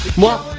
what